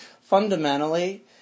fundamentally